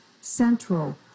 central